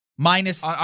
Minus